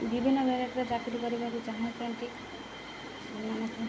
ବିଭିନ୍ନ ଭେରାଇଟ୍ର ଚାକିରି କରିବାକୁ ଚାହୁଁଛନ୍ତି